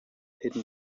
hidden